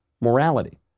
morality